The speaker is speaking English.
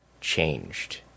changed